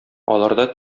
аларда